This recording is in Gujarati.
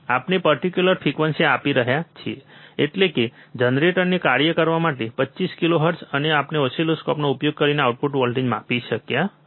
આપણે પર્ટીક્યુલર ફ્રિકવન્સી આપી રહ્યા છીએ એટલે કે જનરેટરને કાર્ય કરવા માટે 25 કિલોહર્ટ્ઝ અને આપણે ઓસિલોસ્કોપનો ઉપયોગ કરીને આઉટપુટ વોલ્ટેજ માપી રહ્યા છીએ